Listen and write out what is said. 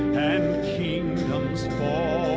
kingdoms fall